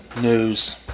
news